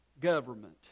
government